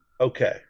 Okay